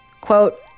quote